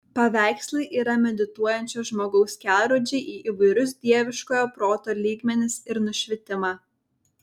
paveikslai yra medituojančio žmogaus kelrodžiai į įvairius dieviškojo proto lygmenis ir nušvitimą